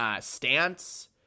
stance